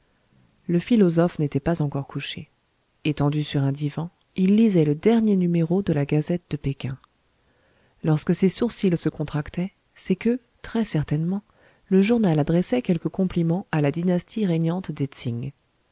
le philosophe n'était pas encore couché étendu sur un divan il lisait le dernier numéro de la gazette de péking lorsque ses sourcils se contractaient c'est que très certainement le journal adressait quelque compliment à la dynastie régnante